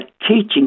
teaching